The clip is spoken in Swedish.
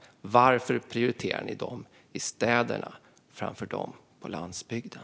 Varför prioriterar ni dem som bor i städerna framför dem på landsbygden?